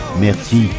Merci